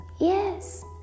Yes